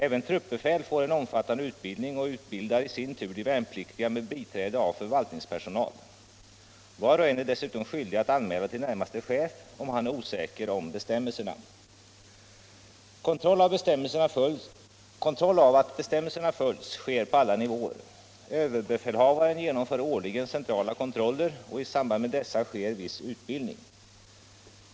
Även truppbefäl får en omfattande utbildning och utbildar i sin tur de värnpliktiga med biträde av förvaltningspersonal. Var och en är dessutom skyldig att anmäla till närmaste chef, om han är osäker om bestämmelserna. Kontroll av att bestämmelserna följs sker på alla nivåer. Överbefälhavaren genomför årligen centrala kontroller, och i samband med dessa sker viss utbildning.